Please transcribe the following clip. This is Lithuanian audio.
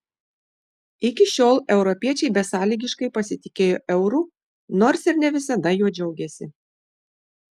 iki šiol europiečiai besąlygiškai pasitikėjo euru nors ir ne visada juo džiaugėsi